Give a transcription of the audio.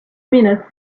minutes